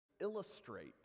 illustrate